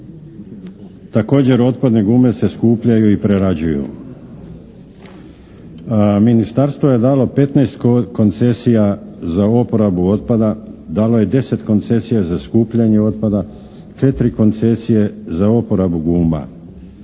Također otpadne gume se skupljaju i prerađuju. Ministarstvo je dalo 15 koncesija za oporabu otpada, dalo je 10 koncesija za skupljanje otpada, 4 koncesije za oporabu guma.